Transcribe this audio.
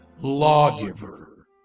Lawgiver